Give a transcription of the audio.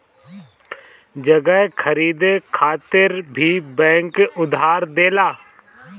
जगह खरीदे खातिर भी बैंक उधार देला